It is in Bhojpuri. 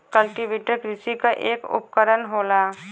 कल्टीवेटर कृषि क एक उपकरन होला